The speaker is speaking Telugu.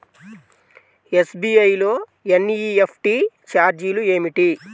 ఎస్.బీ.ఐ లో ఎన్.ఈ.ఎఫ్.టీ ఛార్జీలు ఏమిటి?